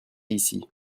ici